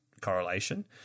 correlation